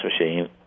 machine